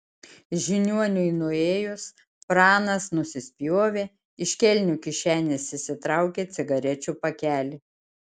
žiniuoniui nuėjus pranas nusispjovė iš kelnių kišenės išsitraukė cigarečių pakelį